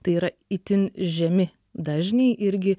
tai yra itin žemi dažniai irgi